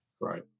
Right